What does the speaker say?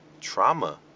trauma